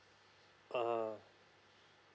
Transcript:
uh